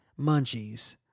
Munchies